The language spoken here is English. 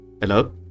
Hello